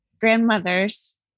grandmothers